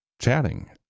chatting